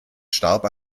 starb